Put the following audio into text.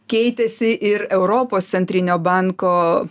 keitėsi ir europos centrinio banko